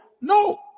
No